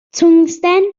twngsten